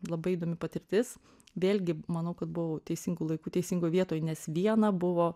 labai įdomi patirtis vėlgi manau kad buvau teisingu laiku teisingoj vietoj nes viena buvo